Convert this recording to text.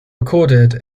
recorded